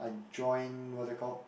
I join what that call